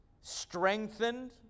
strengthened